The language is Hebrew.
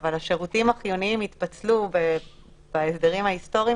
אבל השירותים החיוניים התפצלו בהסדרים ההיסטוריים